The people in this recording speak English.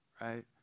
right